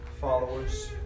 followers